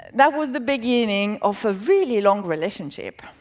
that was the beginning of a really long relationship.